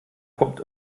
poppt